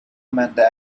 amanda